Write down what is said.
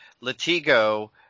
Latigo